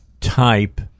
type